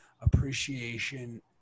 appreciation